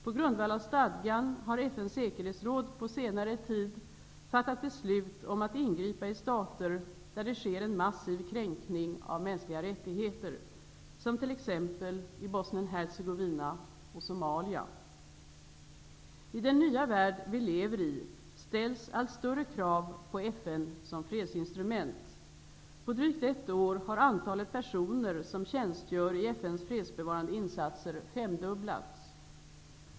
På grundval av stadgan har FN:s säkerhetsråd på senare tid fattat beslut om att ingripa i stater där det sker en massiv kränkning av mänskliga rättigheter, som t.ex. i I den nya värld vi lever i ställs allt större krav på FN som fredsinstrument. På drygt ett år har antalet personer som tjänstgör i FN:s fredsbevarande insatser femdubblats.